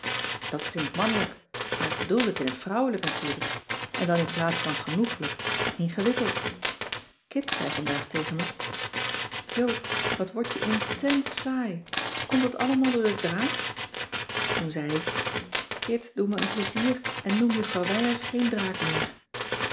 dat is in t mannelijk maar ik bedoel het in t vrouwelijk natuurlijk en dan inplaats van genoeglijk ingewikkeld kit zei vandaag tegen me joop wat wordt je intens saai komt dat allemaal door de draak toen zei ik kit doe me een plezier en noem juffrouw wijers geen draak meer